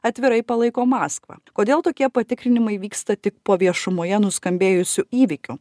atvirai palaiko maskvą kodėl tokie patikrinimai vyksta tik po viešumoje nuskambėjusių įvykių